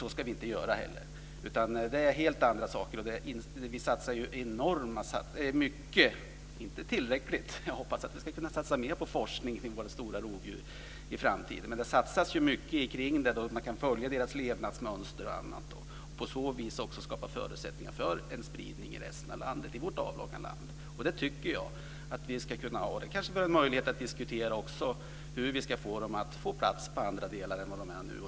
Så ska vi inte heller göra, utan det är helt andra saker. Vi satsar mycket, men det är inte tillräckligt. Jag hoppas att vi ska kunna satsa mer på forskning om våra stora rovdjur i framtiden. Men det satsas mycket. Man kan följa deras levnadsmönster och på så vis också skapa förutsättningar för en spridning i resten av vårt avlånga land. Det tycker jag att vi ska kunna ha. Det kanske finns en möjlighet att diskutera hur vi ska få dem att få plats i andra delar än där de är nu.